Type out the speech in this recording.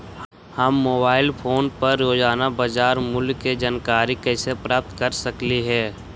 हम mobile phone पर रोजाना बाजार मूल्य के जानकारी कैसे प्राप्त कर सकली हे?